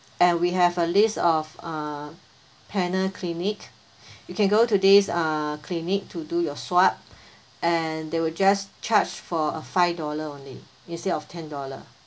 and we have a list of uh panel clinic you can go this uh clinic to do your swab and they will just charged for a five dollar only instead of ten dollar